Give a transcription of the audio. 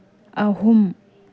ꯑꯍꯨꯝ